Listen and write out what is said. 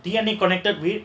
dna connected with